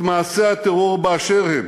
את מעשי הטרור באשר הם.